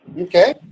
Okay